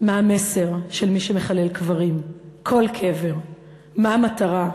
מה המסר של מי שמחלל קברים, כל קבר, מה המטרה,